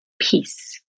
peace